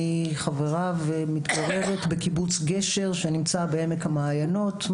חברה ומתגוררת בקיבוץ גשר שנמצא בעמק המעיינות,